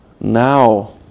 now